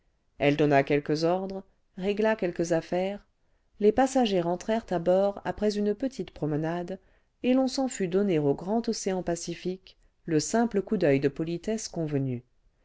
elle donna quelques ordres régla quelques affaires les passagers rentrèrent à bord après une petite promenade et l'on s'en fut donner au grand océan pacifique le simple coup d'oeil de politesse convenu